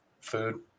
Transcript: food